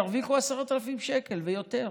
ירוויחו 10,000 שקל ויותר.